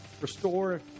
Restore